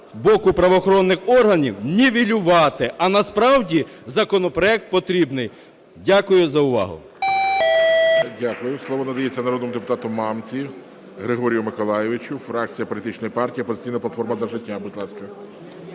боку правоохоронних органів – нівелювати. А насправді, законопроект потрібний. Дякую за увагу.